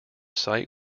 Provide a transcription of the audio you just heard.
site